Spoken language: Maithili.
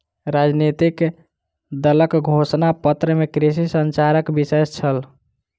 राजनितिक दलक घोषणा पत्र में कृषि संचारक विषय छल